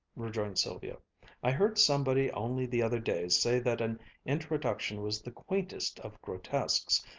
rejoined sylvia i heard somebody only the other day say that an introduction was the quaintest of grotesques,